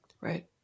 Right